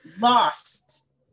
Lost